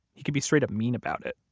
he could be straight up mean about it.